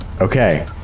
okay